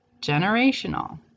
generational